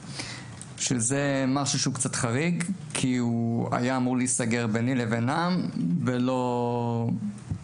שזה משהו קצת חריג כי הוא היה אמור להיסגר ביני לבינם ולא בפומבי.